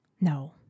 No